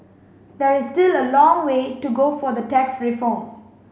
there is still a long way to go for the tax reform